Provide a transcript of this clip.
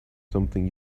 something